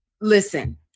listen